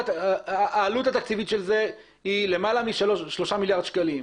העלות התקציבית של זה היא למעלה משלושה מיליארד שקלים.